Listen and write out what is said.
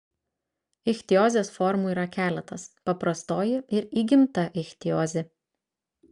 ichtiozės formų yra keletas paprastoji ir įgimta ichtiozė